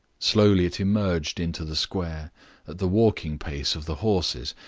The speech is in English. slowly it emerged into the square, at the walking pace of the horses,